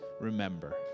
remember